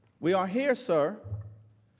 we are here, sir,